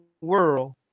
world